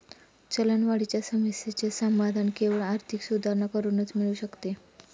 चलनवाढीच्या समस्येचे समाधान केवळ आर्थिक सुधारणा करूनच मिळू शकते